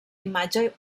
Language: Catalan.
imatge